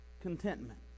contentment